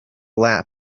lap